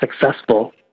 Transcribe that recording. successful